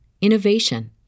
innovation